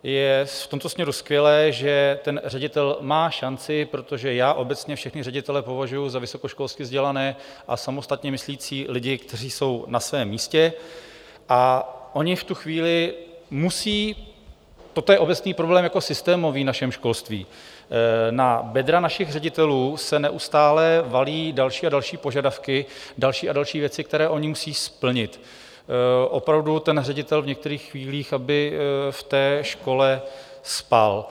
Je v tomto směru skvělé, že ředitel má šanci, protože obecně všechny ředitele považuji za vysokoškolsky vzdělané a samostatně myslící lidi, kteří jsou na svém místě, a oni v tu chvíli musí toto je obecný problém systémový v našem školství, na bedra našich ředitelů se neustále valí další a další požadavky, další a další věci, které oni musejí splnit, opravdu, ten ředitel v některých chvílích aby v té škole spal.